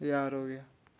ज्हार हो गेआ